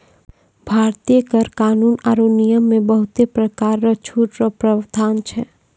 भारतीय कर कानून आरो नियम मे बहुते परकार रो छूट रो प्रावधान छै